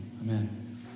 Amen